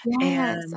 Yes